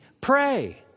pray